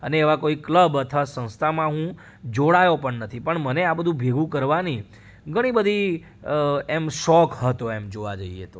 અને એવાં કોઈ ક્લબ અથવા સંસ્થામાં હું જોડાયો પણ નથી પણ મને આ બધું ભેગું કરવાની ઘણી બધી એમ શોખ હતો એમ જોવાં જઈએ તો